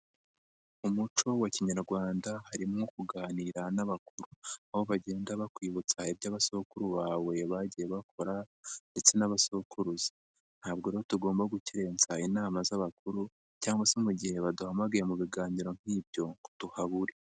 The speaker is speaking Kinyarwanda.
Umuco wa Kinyarwanda harimo kuganira n'abakuru, aho bagenda bakwibutsa iby'abasokuru bawe bagiye bakora ndetse n'abasokuruza, ntabwo rero tugomba gukerensa inama z'abakuru cyangwa se mu gihe baduhamagaye mu biganiro nk'ibyo ngo tuhabure.